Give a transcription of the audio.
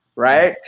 right?